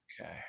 Okay